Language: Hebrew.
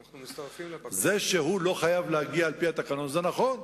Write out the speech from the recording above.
זה שהוא לא חייב להגיע על-פי התקנון, זה נכון.